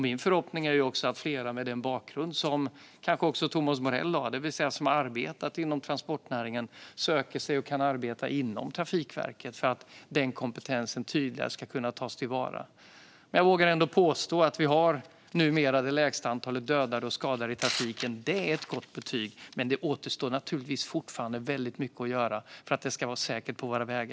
Min förhoppning är också att fler med den bakgrund som Thomas Morell har, som har arbetat inom transportnäringen, kan arbeta inom Trafikverket, så att den kompetensen tydligare ska kunna tas till vara. Jag vågar ändå påstå att vi numera har det lägsta antalet dödade och skadade i trafiken. Det är ett gott betyg, men det återstår fortfarande väldigt mycket att göra för att det ska vara säkert på våra vägar.